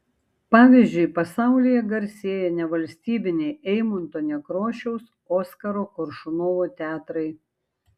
pavyzdžiui pasaulyje garsėja nevalstybiniai eimunto nekrošiaus oskaro koršunovo teatrai